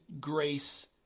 grace